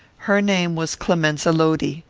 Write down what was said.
her name was clemenza lodi.